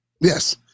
yes